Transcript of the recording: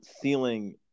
ceiling